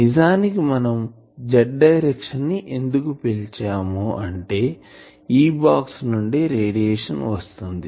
నిజానికి మనం Z direction ని ఎందుకు పిల్చాము అంటే ఈ బాక్స్ నుండే రేడియేషన్ వస్తుంది